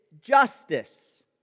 justice